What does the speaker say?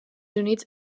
units